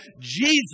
Jesus